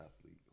athlete